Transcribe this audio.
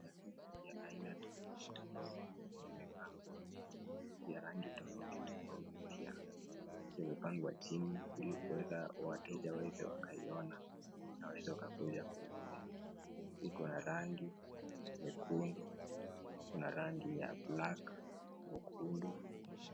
Viatu vya aina tofauti tofauti vimepagwa, vya rangi tofauti tofauti pia. Vimepangwa chini ili kuweza wateja waweze wakaiona na waweze wakakuja kununua. Iko na rangi nyekundu, kuna na rangi ya black ,nyekundu.